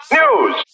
news